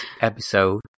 episode